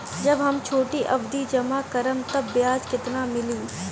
जब हम छोटी अवधि जमा करम त ब्याज केतना मिली?